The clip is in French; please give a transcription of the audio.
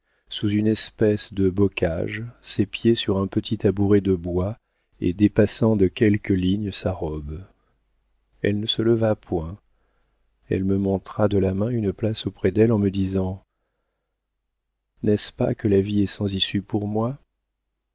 sous une espèce de bocage ses pieds sur un petit tabouret de bois et dépassant de quelques lignes sa robe elle ne se leva point elle me montra de la main une place auprès d'elle en me disant n'est-ce pas que la vie est sans issue pour moi